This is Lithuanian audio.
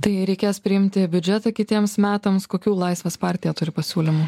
tai reikės priimti biudžetą kitiems metams kokių laisvės partija turi pasiūlymų